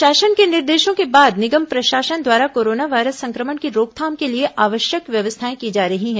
शासन के निर्देशों के बाद निगम प्रशासन द्वारा कोरोना वायरस संक्रमण की रोकथाम के लिए आवश्यक व्यवस्थाएं की जा रही हैं